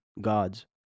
gods